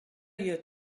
your